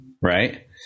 right